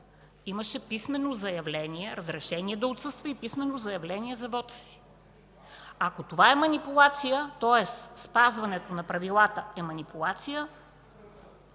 ГЕРБ имаше разрешение да отсъства и писмено заявление за вота си. Ако това е манипулация, тоест спазването на правилата е манипулация,